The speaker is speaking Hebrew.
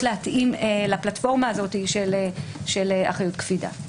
להתאים לפלטפורמה הזאת של אחריות קפידה.